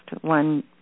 one